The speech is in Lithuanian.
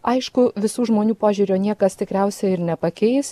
aišku visų žmonių požiūrio niekas tikriausiai ir nepakeis